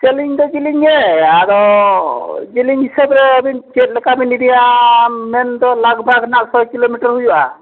ᱡᱤᱞᱤᱧ ᱫᱚ ᱡᱤᱞᱤᱧ ᱜᱮ ᱟᱫᱚ ᱡᱮᱞᱮᱧ ᱦᱤᱥᱟᱹᱵ ᱨᱮ ᱟᱹᱵᱤᱱ ᱪᱮᱫ ᱞᱮᱠᱟ ᱵᱤᱱ ᱤᱫᱤᱭᱟ ᱢᱮᱱᱫᱚ ᱞᱟᱜᱽ ᱵᱷᱟᱜᱽ ᱨᱮᱱᱟᱜ ᱪᱷᱚᱭ ᱠᱤᱞᱳᱢᱤᱴᱟᱨ ᱦᱩᱭᱩᱜᱼᱟ